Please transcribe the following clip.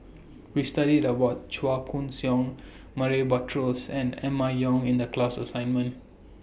We studied The What Chua Koon Siong Murray Buttrose and Emma Yong in The class assignment